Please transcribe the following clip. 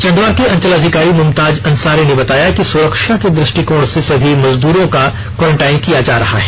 चंदावा के अंचल अधिकारी मुमताज अंसारी ने बताया कि सुरक्षा के दृष्टिकोण से सभी मजदूरों को सरकारी क्वॉरटाइन किया जा रहा है